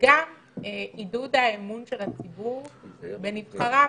וגם עידוד האמון של הציבור בנבחריו,